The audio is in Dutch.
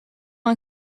een